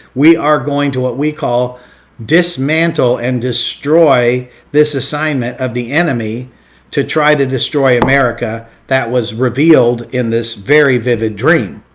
we are going to what we call dismantle and destroy this assignment of the enemy to try to destroy america that was revealed in this very vivid dream.